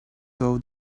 saw